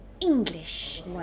English